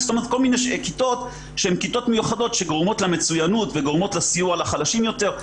כל מיני כיתות שהן כיתות מיוחדות שגורמות למצוינות ולסיוע לחלשים יותר.